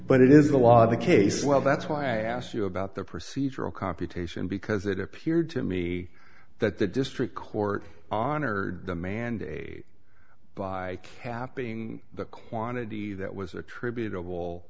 but it is a lot of the case well that's why i asked you about the procedural computation because it appeared to me that the district court honored the mandate by capping the quantity that was attributable